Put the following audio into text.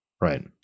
right